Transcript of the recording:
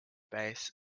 base